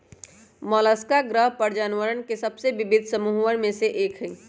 Mollusca ग्रह पर जानवरवन के सबसे विविध समूहन में से एक हई